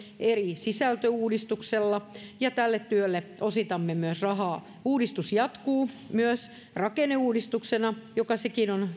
eri sisältöuudistuksilla ja tälle työlle osoitamme myös rahaa uudistus jatkuu myös rakenneuudistuksena joka sekin on